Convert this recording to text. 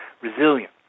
resilient